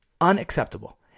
Unacceptable